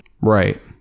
right